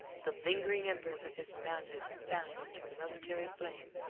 the lingering embers of his manhood fanned into momentary flame,